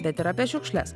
bet ir apie šiukšles